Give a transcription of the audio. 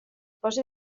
pose